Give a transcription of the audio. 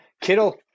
Kittle